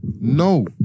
no